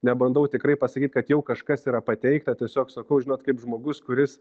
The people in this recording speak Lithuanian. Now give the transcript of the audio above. nebandau tikrai pasakyt kad jau kažkas yra pateikta tiesiog sakau žinot kaip žmogus kuris